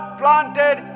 planted